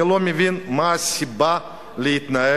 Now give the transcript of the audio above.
אני לא מבין מה הסיבה להתנגד